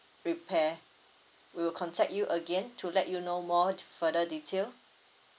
repair we will contact you again to let you know more ti~ further detail